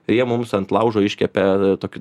ir jie mums ant laužo iškepė tokį